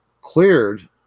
cleared